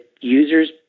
users